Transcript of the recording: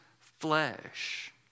flesh